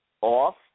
off